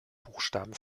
buchstaben